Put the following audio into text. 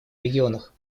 регионах